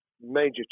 major